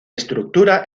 estructura